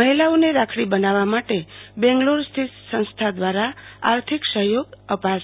મહિલાઓને રાખડી બનાવવા માટે બેંગલોર સ્થિત સંસ્થા દ્વારા આર્થીક સહાય અપાશે